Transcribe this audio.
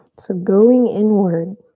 so going inward